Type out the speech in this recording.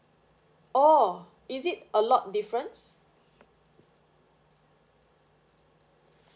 orh is it a lot difference